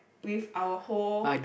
with our whole